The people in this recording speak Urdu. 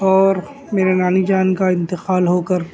اور میرے نانی جان کا انتقال ہو کر